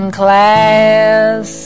class